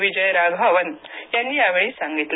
विजय राघवन यांनी यावेळी सांगितलं